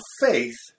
faith